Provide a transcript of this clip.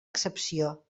excepció